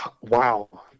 Wow